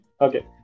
okay